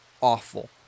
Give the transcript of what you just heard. awful